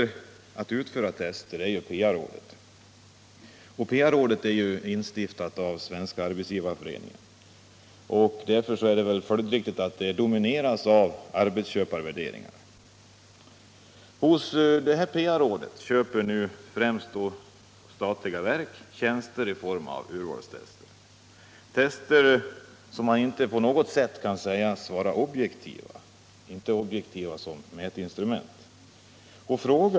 Den helt dominerande inrättningen på testområdet är PA-rådet, som är instiftat av Svenska arbetsgivareföreningen. Därför är det väl följdriktigt att det också domineras av arbetsköparvärderingar. Hos PA-rådet köper främst statliga verk urvalstester. Dessa kan inte sägas på något sätt vara objektiva som mätinstrument.